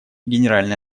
генеральной